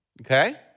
Okay